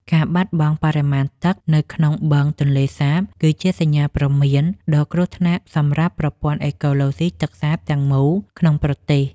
ការបាត់បង់បរិមាណទឹកនៅក្នុងបឹងទន្លេសាបគឺជាសញ្ញាព្រមានដ៏គ្រោះថ្នាក់សម្រាប់ប្រព័ន្ធអេកូឡូស៊ីទឹកសាបទាំងមូលក្នុងប្រទេស។